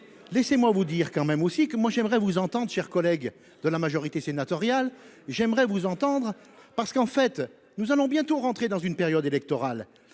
Laissez-moi vous dire quand même aussi que moi, j'aimerais vous entendre chers collègues de la majorité sénatoriale. J'aimerais vous entendre parce qu'en fait nous allons bientôt rentrer dans une période électorale